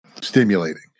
stimulating